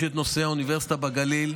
יש את נושא האוניברסיטה בגליל.